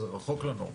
זה רחוק לנו.